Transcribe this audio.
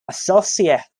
associate